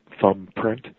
thumbprint